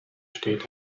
steht